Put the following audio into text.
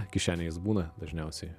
kišenėj jis būna dažniausiai